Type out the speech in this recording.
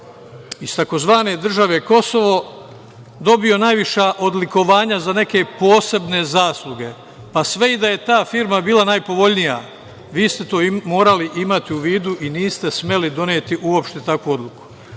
iz tzv. države Kosovo dobio najviša odlikovanja za neke posebne zasluge, pa sve i da je ta firma bila najpovoljnija, vi ste to morali imati u vidu i niste smeli doneti u opšte takvu odluku.